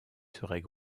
serait